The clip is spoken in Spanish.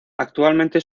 actualmente